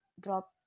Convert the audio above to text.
drop